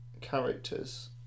characters